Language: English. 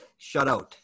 shutout